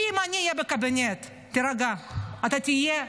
אם אני אהיה בקבינט, תירגע, אתה תהיה בקבינט,